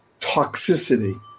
toxicity